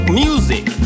music